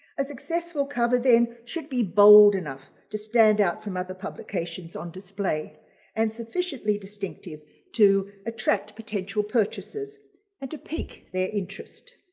a successful cover then should be bold enough to stand out from other publications on display and sufficiently distinctive to attract potential purchasers and pique their interest.